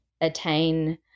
attain